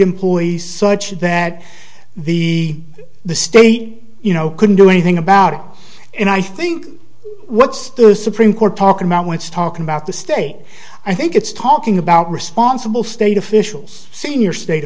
employees such that the the state you know couldn't do anything about it and i think what the supreme court talking about wants to talk about the state i think it's talking about responsible state officials senior state